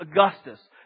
Augustus